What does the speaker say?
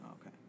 okay